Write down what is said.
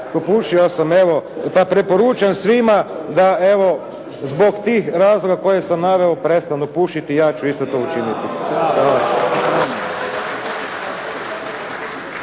popušio sam evo pa preporučam svima da evo zbog tih razloga koje sam naveo prestanu pušiti i ja ću isto to učiniti.